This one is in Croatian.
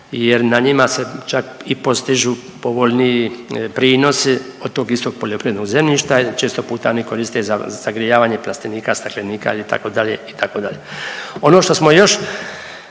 jer na njima se čak i postižu povoljniji prinosi od tog istog poljoprivrednog zemljišta. Često puta oni koriste za zagrijavanje plastenika, staklenika itd. itd. Ono što smo još